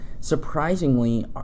Surprisingly